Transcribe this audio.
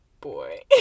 boy